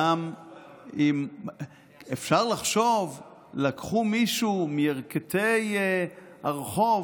אפשר לחשוב שלקחו מישהו מירכתי הרחוב,